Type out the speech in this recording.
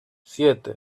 siete